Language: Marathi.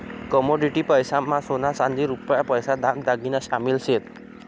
कमोडिटी पैसा मा सोना चांदी रुपया पैसा दाग दागिना शामिल शेत